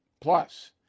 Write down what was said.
Plus